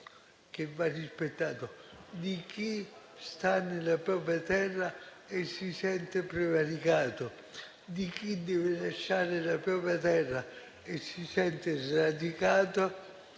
Va rispettato il dolore di chi sta nella propria terra e si sente prevaricato, di chi deve lasciare la propria terra e si sente sradicato.